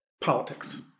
politics